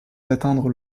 d’atteindre